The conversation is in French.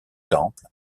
temple